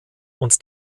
und